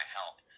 help